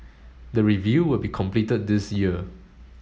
the review will be completed this year